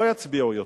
לא יצביעו יותר.